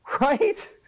Right